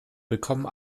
willkommen